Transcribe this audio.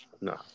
No